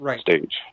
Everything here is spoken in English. stage